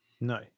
No